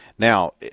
Now